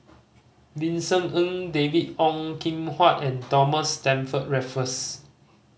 Vincent Ng David Ong Kim Huat and Thomas Stamford Raffles